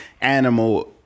animal